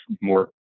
more